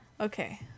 Okay